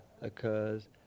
occurs